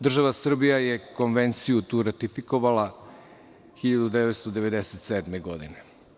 Država Srbija je tu konvenciju ratifikovala 1997. godine.